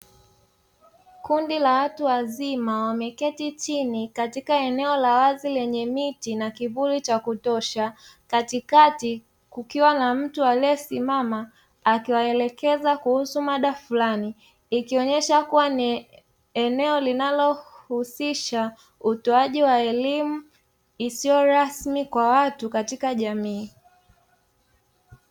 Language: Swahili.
Kundi la watu wazima wameketi chini katika eneo la wazi lenye miti na kivuli cha kutosha, katikati kukiwa na mtu aliyesimama akiwaelekeza kuhusu mada furani, ikionyesha kuwa ni eneo linalohusisha utoaji wa elimu isiyo lasmi kwa watu katika jamii.